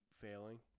failing